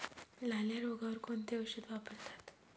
लाल्या रोगावर कोणते औषध वापरतात?